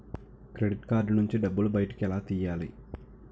Credit card నుంచి డబ్బు బయటకు ఎలా తెయ్యలి?